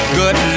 good